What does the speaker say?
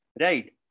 right